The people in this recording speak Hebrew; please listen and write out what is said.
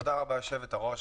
תודה רבה, יושבת-הראש.